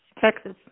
Texas